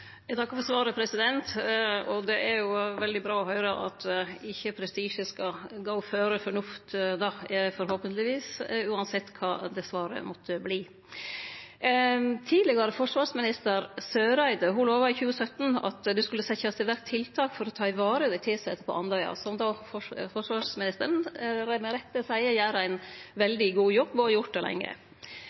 Eg takkar for svaret. Det er veldig bra å høyre at prestisje forhåpentlegvis ikkje skal gå føre fornuft – uansett kva svaret måtte verte. Tidlegare forsvarsminister Eriksen Søreide lova i 2017 at det skulle setjast i verk tiltak for å ta vare på dei tilsette på Andøya, som forsvarsministeren med rette seier gjer ein veldig god jobb og har gjort det lenge.